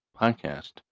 podcast